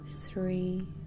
three